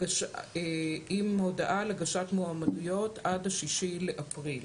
עם הודעה על הגשת מועמדויות עד ה-6 באפריל.